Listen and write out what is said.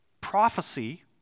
Prophecy